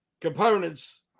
components